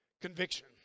conviction